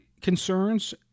concerns